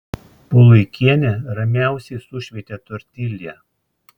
puluikienė ramiausiai sušveitė tortilją